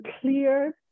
clear